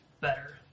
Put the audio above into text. better